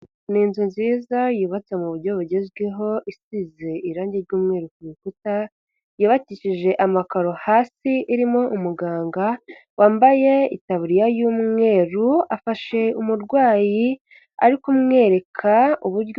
Ni inzu nziza yubatse mu buryo bugezweho isize irangi ry'umweru ku rukuta, yabatishije amakaro hasi, irimo umuganga wambaye itaburiya y'umweru, afasha umurwayi ari kumwereka uburyo.